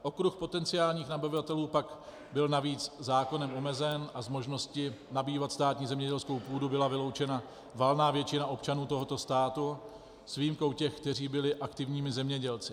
Okruh potenciálních nabyvatelů pak byl navíc zákonem omezen a z možnosti nabývat státní zemědělskou půdu byla vyloučena valná většina občanů tohoto státu s výjimkou těch, kteří byli aktivními zemědělci.